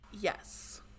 yes